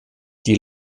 die